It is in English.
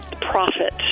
profit